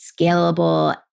scalable